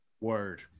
Word